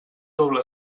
doble